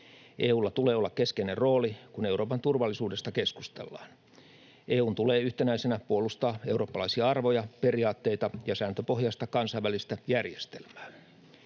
EU:lla tulee olla keskeinen rooli, kun Euroopan turvallisuudesta keskustellaan. EU:n tulee yhtenäisenä puolustaa eurooppalaisia arvoja, periaatteita ja sääntöpohjaista kansainvälistä järjestelmää.